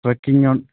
trekking